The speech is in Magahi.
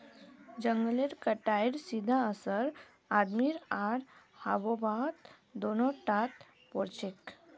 जंगलेर कटाईर सीधा असर आदमी आर आबोहवात दोनों टात पोरछेक